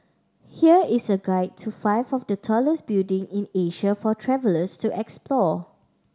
here is a guide to five of the tallest building in Asia for travellers to explore